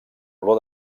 olor